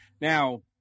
now